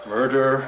Murder